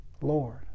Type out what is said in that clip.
Lord